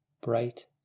bright